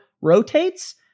rotates